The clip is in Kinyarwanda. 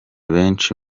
benshi